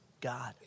God